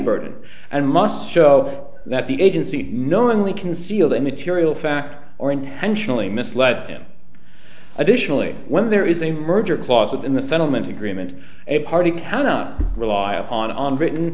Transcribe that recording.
burden and must show that the agency knowingly conceal that material fact or intentionally misled them additionally when there is a merger clause in the settlement agreement a party cannot rely on written